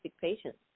patients